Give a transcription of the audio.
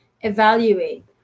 evaluate